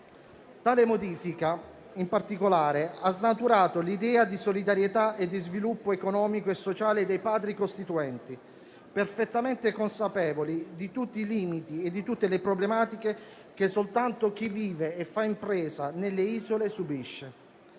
costituzionale, in particolare, ha snaturato l'idea di solidarietà e di sviluppo economico e sociale voluta dai Padri costituenti, perfettamente consapevoli di tutti i limiti e di tutte le problematiche che soltanto chi vive e fa impresa nelle isole subisce.